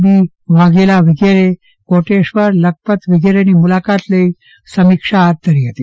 D Vaghela વગેરે કોટેશ્વર લખપત વગેરેની મુલાકત લઈ સમિક્ષા ફાથ ધરી હતી